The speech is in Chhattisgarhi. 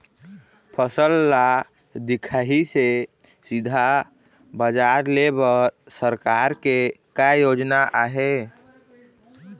फसल ला दिखाही से सीधा बजार लेय बर सरकार के का योजना आहे?